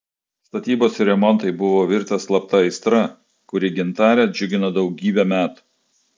statybos ir remontai buvo virtę slapta aistra kuri gintarę džiugino daugybę metų